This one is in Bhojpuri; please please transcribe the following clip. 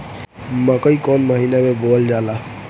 मकई कौन महीना मे बोअल जाला?